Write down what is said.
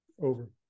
over